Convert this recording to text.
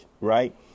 right